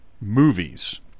movies